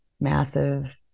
massive